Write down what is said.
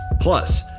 Plus